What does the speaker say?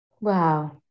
Wow